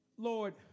Lord